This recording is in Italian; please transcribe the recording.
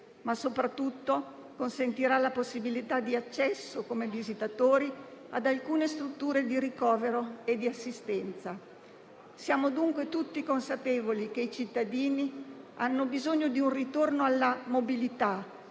ma, soprattutto, consentire la possibilità di accesso come visitatori ad alcune strutture di ricovero e di assistenza. Siamo dunque tutti consapevoli che i cittadini hanno bisogno di un ritorno alla mobilità,